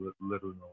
little